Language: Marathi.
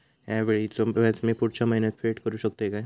हया वेळीचे व्याज मी पुढच्या महिन्यात फेड करू शकतय काय?